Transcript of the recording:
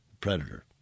Predator